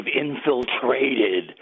infiltrated